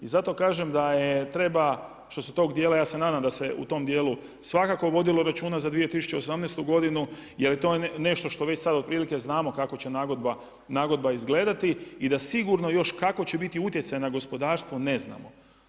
I zato kažem da treba što se tog dijela, ja se nadam da se u tom dijelu svakako vodilo računa za 2018. godinu jer je to nešto što već sada otprilike znamo kako će nagodba izgledati i da sigurno još kako će biti utjecaja na gospodarstvo ne znamo.